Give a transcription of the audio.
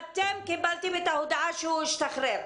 אתם קיבלתם את ההודעה שהוא השתחרר,